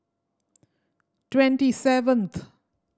twenty seventh